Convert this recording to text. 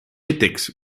etex